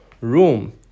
room